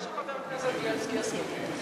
מה שחבר הכנסת בילסקי ישיג.